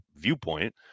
viewpoint